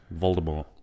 Voldemort